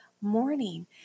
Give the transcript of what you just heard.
morning